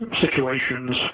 situations